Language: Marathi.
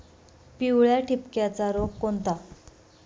पिवळ्या ठिपक्याचा रोग कोणता?